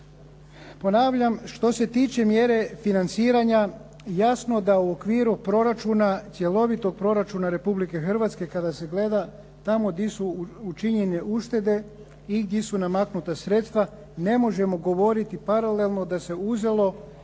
Ponavljam, što se tiče mjere financiranja jasno da u okviru proračuna, cjelovitog proračuna Republike Hrvatske, kada se gleda tamo di su učinjene uštede i di su namaknuta sredstva, ne možemo govoriti paralelno da se uzelo